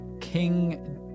king